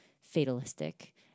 fatalistic